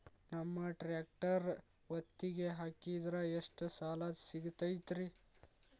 ನಮ್ಮ ಟ್ರ್ಯಾಕ್ಟರ್ ಒತ್ತಿಗೆ ಹಾಕಿದ್ರ ಎಷ್ಟ ಸಾಲ ಸಿಗತೈತ್ರಿ?